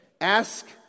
Ask